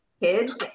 kids